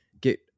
get